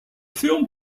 film